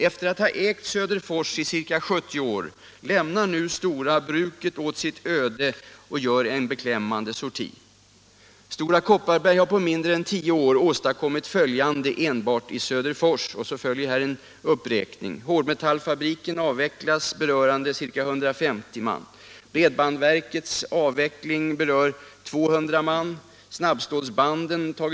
Efter att ha ägt Söderfors i ca 70 år lämnar nu STORA bruket åt sitt öde och gör en beklämmande sorti. STORA Kopparberg har på mindre än 10 år åstadkommit följande enbart i Söderfors. Bredbandverket avvecklas .